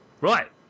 Right